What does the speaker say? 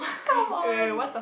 come on